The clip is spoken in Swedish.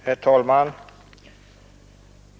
Herr talman!